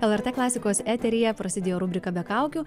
lrt klasikos eteryje prasidėjo rubrika be kaukių